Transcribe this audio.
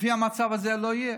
לפי המצב הזה, לא תהיה.